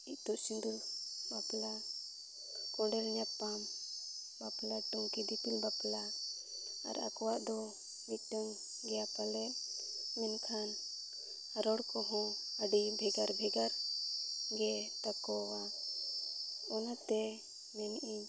ᱤᱛᱩᱫ ᱥᱤᱸᱫᱩᱨ ᱵᱟᱯᱞᱟ ᱠᱚᱸᱰᱮᱞ ᱧᱟᱯᱟᱢ ᱵᱟᱯᱞᱟ ᱴᱩᱝᱠᱤ ᱫᱤᱯᱤᱞ ᱵᱟᱯᱞᱟ ᱟᱨ ᱟᱠᱚᱣᱟᱜ ᱫᱚ ᱢᱤᱫᱴᱟᱝ ᱜᱮᱭᱟ ᱯᱟᱞᱮᱫ ᱢᱮᱱᱠᱷᱟᱱ ᱨᱚᱲ ᱠᱚᱦᱚᱸ ᱟᱹᱰᱤ ᱵᱷᱮᱜᱟᱨ ᱵᱷᱮᱜᱟᱨ ᱜᱮ ᱛᱟᱠᱚᱣᱟ ᱚᱱᱟᱛᱮ ᱢᱮᱱᱮᱫ ᱤᱧ